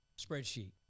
Spreadsheet